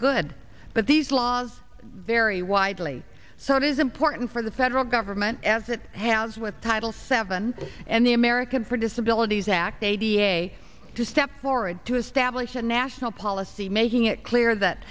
good but these laws vary widely so it is important for the federal government as it has with title seven and the american produce abilities act a da to step forward to establish a national policy making it clear that